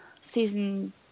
season